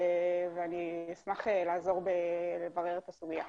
ואני אשמח לעזור בברור הסוגיה,